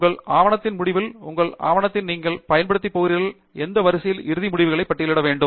உங்கள் ஆவணத்தின் முடிவில் உங்கள் ஆவணத்தில் நீங்கள் பயன்படுத்தப் போகிறீர்களே அந்த வரிசையில் இறுதி முடிவுகளை பட்டியலிட வேண்டும்